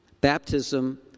Baptism